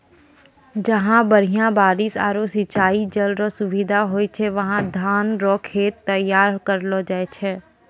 जहां बढ़िया बारिश आरू सिंचाई जल रो सुविधा होय छै वहां धान रो खेत तैयार करलो जाय छै